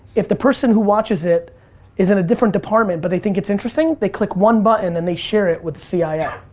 if the person who watches it is in a different department, but they think it's interesting, they click one button and they share it with the cio. ah yeah